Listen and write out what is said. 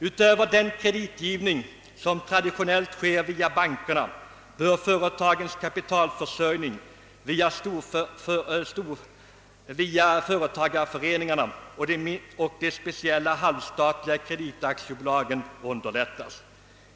Utöver den kreditgivning som traditionellt sker via bankerna bör företagens kapitalförsörjning via företagareföreningarna och de speciella halvstatliga kreditaktiebolagen underlättas.